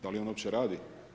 Da li on uopće radi?